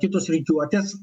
kitos rikiuotės